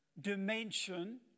dimension